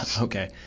Okay